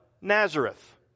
Nazareth